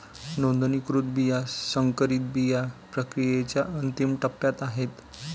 नोंदणीकृत बिया संकरित बिया प्रक्रियेच्या अंतिम टप्प्यात आहेत